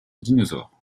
dinosaures